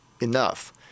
enough